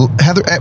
Heather